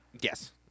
Yes